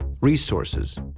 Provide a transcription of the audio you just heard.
resources